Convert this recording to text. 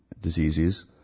diseases